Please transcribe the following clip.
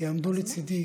יעמדו לצידי